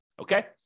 okay